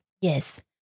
Yes